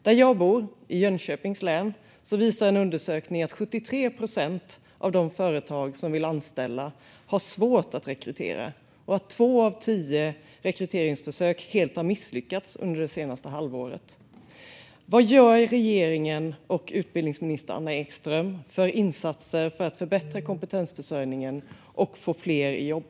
Där jag bor, i Jönköpings län, visar en undersökning att 73 procent av de företag som vill anställa har svårt att rekrytera och att två av tio rekryteringsförsök helt har misslyckats under det senaste halvåret. Vilka insatser gör regeringen och utbildningsminister Anna Ekström för att förbättra kompetensförsörjningen och få fler i jobb?